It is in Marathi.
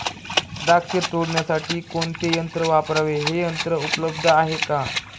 द्राक्ष तोडण्यासाठी कोणते यंत्र वापरावे? हे यंत्र उपलब्ध आहे का?